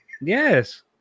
Yes